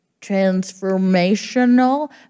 transformational